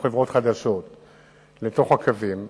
חדשות לקווים,